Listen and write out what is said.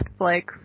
Netflix